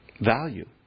value